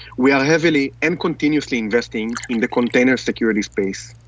we are heavily and continuously investing in the container security space.